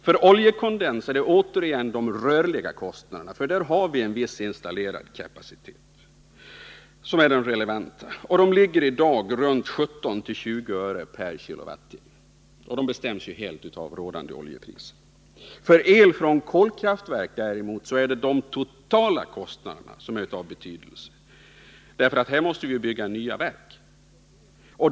För oljekondens — där har vi en viss installerad kapacitet — är det återigen de rörliga kostnaderna som är relevanta. De ligger i dag runt 17-20 öre/kWh, och de bestäms helt av rådande oljepriser. För el från kolkraftverk är det däremot de totala kostnaderna som är av betydelse, för här måste vi bygga nya verk.